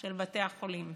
של בתי החולים.